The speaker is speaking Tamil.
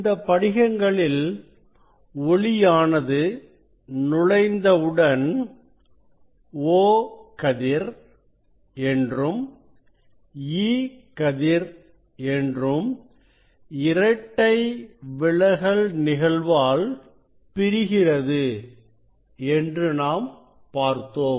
இந்தப் படிகங்களில் ஒளியானது நுழைந்தவுடன் O கதிர் என்றும் E கதிர் என்றும் இரட்டை விலகல் நிகழ்வால் பிரிகிறது என்று நாம் பார்த்தோம்